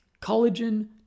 collagen